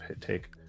take